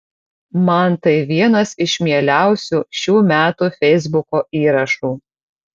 man tai vienas iš mieliausių šių metų feisbuko įrašų